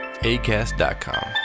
ACAST.COM